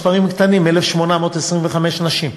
מספרים קטנים: 1,825 נשים,